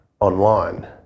online